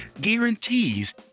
guarantees